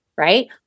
right